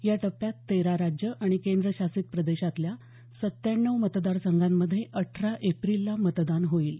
या टप्प्यात तेरा राज्यं आणि केंद्रशासित प्रदेशांतल्या सत्त्याण्णव मतदारसंघांमध्ये अठरा एप्रिलला मतदान होईल